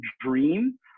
Dream